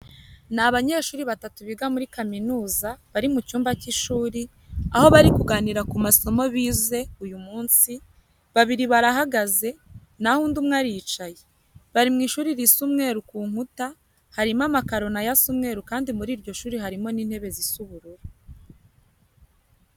Ni abanyeshuri batatu biga muri kaminuza, bari mu cyumba cy'ishuri, aho bari kuganira ku masomo bize uyu munsi, babiri barahagaze naho undi umwe aricaye. Bari mu ishuri risa umweru ku nkuta, harimo amakaro na yo asa umweru kandi muri iryo shuri harimo n'intebe zisa ubururu.